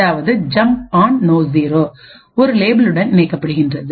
அதாவது ஜம்ப் ஆண் நோ0 ஒரு லேபிளுடன் இணைக்கப்படுகிறது